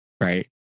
right